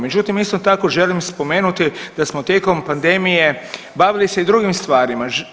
Međutim, isto tako želim spomenuti da smo tijekom pandemije bavili se i drugim stvarima.